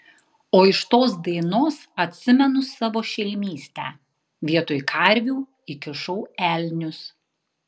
o iš tos dainos atsimenu savo šelmystę vietoj karvių įkišau elnius